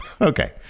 Okay